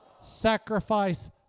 sacrifice